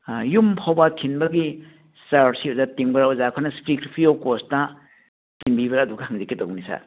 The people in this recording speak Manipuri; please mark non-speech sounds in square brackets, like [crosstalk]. ꯑꯥ ꯌꯨꯝ ꯐꯥꯎꯕ ꯊꯤꯟꯕꯒꯤ ꯆꯥꯔ꯭ꯖꯁꯤ ꯑꯣꯖꯥ ꯇꯤꯡꯕ ꯑꯣꯖꯥꯈꯣꯏꯅ [unintelligible] ꯐ꯭ꯔꯤ ꯑꯣꯐ ꯀꯣꯁꯇ ꯊꯤꯟꯕꯤꯕ꯭ꯔꯥ ꯑꯗꯨ ꯈꯛ ꯍꯪꯖꯒꯦ ꯇꯧꯕꯅꯤ ꯁꯥꯔ